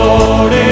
Lord